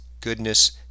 goodness